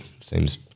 Seems